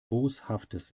boshaftes